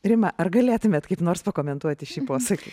rima ar galėtumėt kaip nors pakomentuoti šį posakį